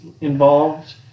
involved